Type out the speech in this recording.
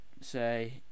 say